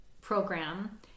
program